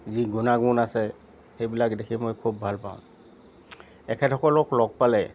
যি গুণাগুণ আছে সেইবিলাক দেখি মই খুব ভাল পাওঁ এখেতসকলক লগ পালে